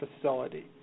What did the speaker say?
facility